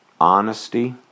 honesty